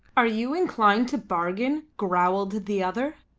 are you inclined to bargain? growled the other.